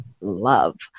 love